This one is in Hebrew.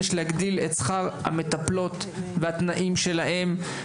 יש להגדיל את שכר המטפלות והתנאים שלהם,